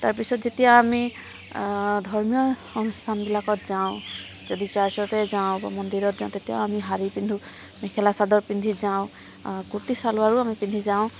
তাৰপিছত যেতিয়া আমি ধৰ্মীয় অনুষ্ঠানবিলাকত যাওঁ যদি চাৰ্চতে যাওঁ বা মন্দিৰত যাওঁ তেতিয়াও আমি শাড়ী পিন্ধো মেখেলা চাদৰ পিন্ধি যাওঁ কুৰ্তি ছালৱাৰো আমি পিন্ধি যাওঁ